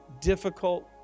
difficult